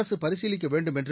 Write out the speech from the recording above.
அரசு பரிசீலிக்க வேண்டும் என்று